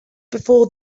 before